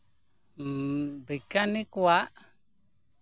ᱵᱤᱜᱽᱜᱟᱱᱤ ᱠᱚᱣᱟᱜ